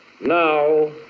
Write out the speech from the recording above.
Now